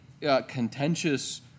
contentious